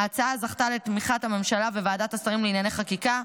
ההצעה זכתה לתמיכת הממשלה וועדת השרים לענייני חקיקה,